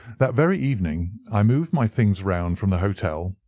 that very evening i moved my things round from the hotel,